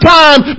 time